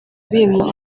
bimwa